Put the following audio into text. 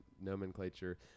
nomenclature